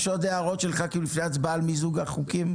יש עוד הערות של ח"כים לפני ההצבעה על מיזוג החוקים?